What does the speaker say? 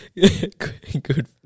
Good